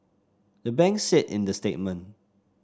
the banks said in the statement